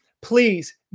please